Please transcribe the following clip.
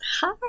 Hi